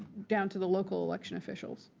down to the local election officials?